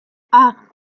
acht